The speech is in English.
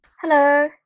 Hello